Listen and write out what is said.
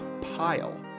Pile